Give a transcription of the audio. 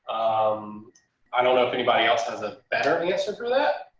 um i don't know if anybody else has a better answer for that.